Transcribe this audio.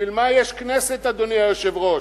בשביל מה יש כנסת, אדוני היושב-ראש?